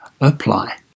apply